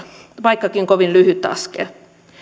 vaikkakin kovin lyhyt askel